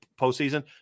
postseason